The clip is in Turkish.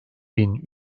bin